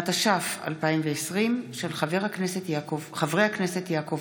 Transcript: התש"ף 2020, של חברי הכנסת יעקב